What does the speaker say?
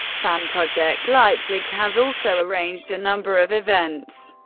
fanprojekt leipzig has also arranged a number of events,